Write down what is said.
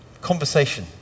conversation